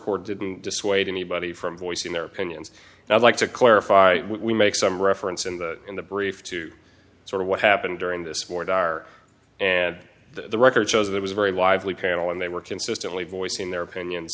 court didn't dissuade anybody from voicing their opinions that like to clarify we make some reference in the in the brief to sort of what happened during this ward are and the record shows it was a very lively panel and they were consistently voicing their opinions